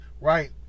right